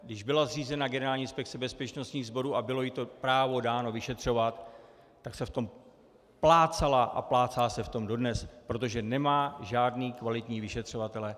Když byla zřízena Generální inspekce bezpečnostních sborů a bylo jí to právo dáno vyšetřovat, tak se v tom plácala a plácá se v tom dodnes, protože nemá žádné kvalitní vyšetřovatele.